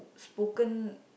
spoken